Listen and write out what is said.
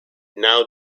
now